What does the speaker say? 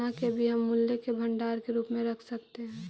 सोना के भी हम मूल्य के भंडार के रूप में रख सकत हियई